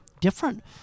different